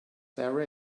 there